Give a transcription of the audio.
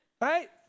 right